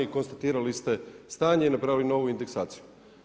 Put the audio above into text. I konstatirali ste stanje i napravili novu indeksaciju.